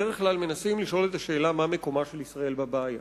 בדרך כלל מנסים לשאול את השאלה מה מקומה של ישראל בבעיה.